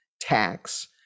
tax